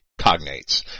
cognates